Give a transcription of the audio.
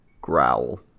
growl